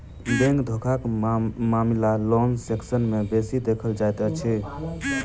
bank धोखाक मामिला loan section मे बेसी देखल जाइत अछि